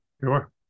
sure